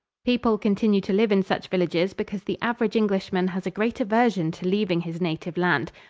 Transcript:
people continue to live in such villages because the average englishman has a great aversion to leaving his native land.